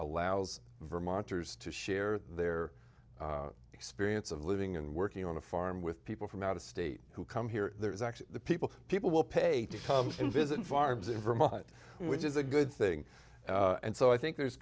allows vermonters to share their experience of living and working on a farm with people from out of state who come here there is actually the people people will pay to come to visit farms in vermont which is a good thing and so i think there's